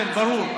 ברור.